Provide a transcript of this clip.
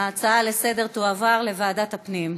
ההצעה לסדר-היום תועבר לוועדת הפנים.